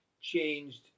changed